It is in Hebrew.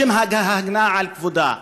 בשם ההגנה על כבודה.